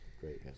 great